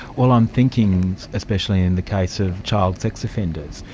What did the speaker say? well i'm thinking especially in the case of child sex offenders,